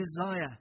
desire